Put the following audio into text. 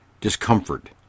discomfort